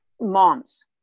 moms